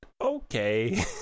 okay